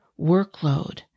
workload